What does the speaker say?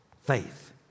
faith